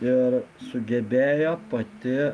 ir sugebėjo pati